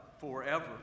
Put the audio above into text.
forever